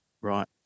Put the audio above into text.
right